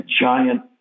giant